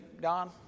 Don